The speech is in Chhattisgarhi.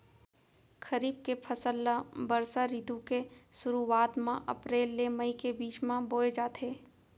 खरीफ के फसल ला बरसा रितु के सुरुवात मा अप्रेल ले मई के बीच मा बोए जाथे